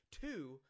Two